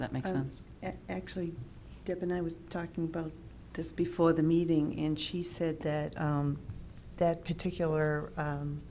that makes sense actually given i was talking about this before the meeting and she said that that particular